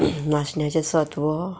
नाशण्याचे सत्वो